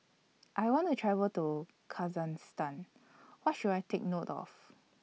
I want to travel to Kazakhstan What should I Take note of